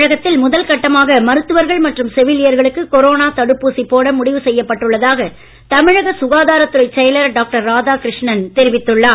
தமிழகத்தில் முதல் கட்டமாக மருத்துவர்கள் மற்றும் செவிலியர்களுக்கு கொரோனா தடுப்பூசி போட முடிவ செய்யப்பட்டுள்ளதாக தமிழக சுகாதாரத்துறைச் செயலர் டாக்டர் ராதாகிருஷ்ணன் தெரிவித்துள்ளார்